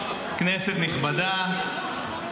כנסת נכבדה,